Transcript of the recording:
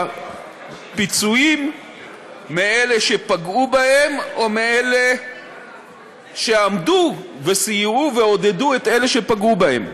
פיצויים מאלה שפגעו בהם או מאלה שעמדו וסייעו ועודדו את אלה שפגעו בהם.